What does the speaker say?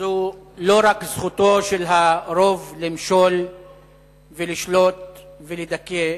לא רק זכותו של הרוב למשול ולשלוט ולדכא,